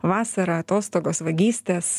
vasara atostogos vagystės